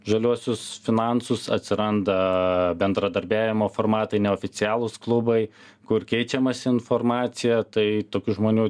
žaliuosius finansus atsiranda bendradarbiavimo formatai neoficialūs klubai kur keičiamasi informacija tai tokių žmonių